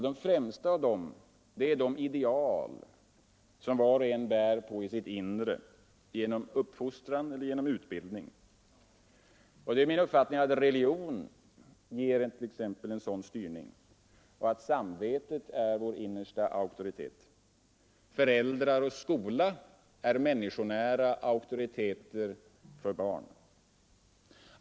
De främsta av dem är de ideal som var och en bär på i sitt inre genom uppfostran eller genom utbildning. Min uppfattning är t.ex. att religionen ger en sådan styrning och att samvetet är vår innersta auktoritet. Föräldrar och skola är människonära auktoriteter för barn.